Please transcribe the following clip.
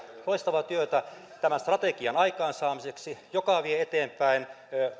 loistavaa työtä tämän strategian aikaansaamiseksi joka vie eteenpäin